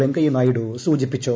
വെങ്കയ്യ നായിഡു സൂചിപ്പിച്ചു